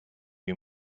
you